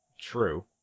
True